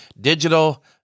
digital